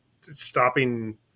stopping